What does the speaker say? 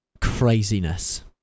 craziness